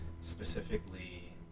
specifically